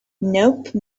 nope